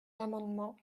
l’amendement